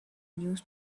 news